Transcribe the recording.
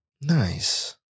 Nice